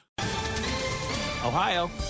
Ohio